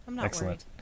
Excellent